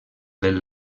del